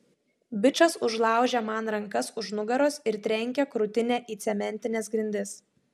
bičas užlaužia man rankas už nugaros ir trenkia krūtinę į cementines grindis